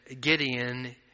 Gideon